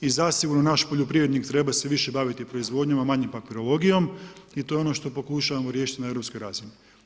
I zasigurno naš poljoprivrednik treba se više baviti proizvodnjom, a manje papirologijom i to je ono što pokušavamo riješiti na europskoj razini.